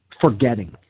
forgetting